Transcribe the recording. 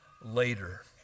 later